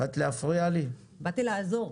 באתי לעזור.